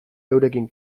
eurekin